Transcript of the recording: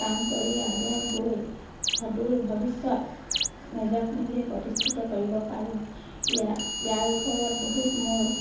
কাম কৰি আগুৱাই গৈ সদূৰ ভৱিষ্যত নিজক নিজে প্ৰতিষ্ঠিত কৰিব পাৰোঁ য়া ইয়াৰ ওপৰত বহুত মোৰ